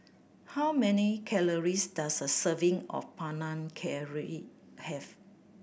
how many calories does a serving of Panang Curry have